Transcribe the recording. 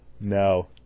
No